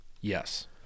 Yes